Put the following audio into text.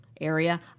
area